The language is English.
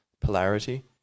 polarity